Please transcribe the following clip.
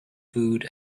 food